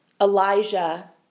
Elijah